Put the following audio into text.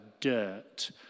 dirt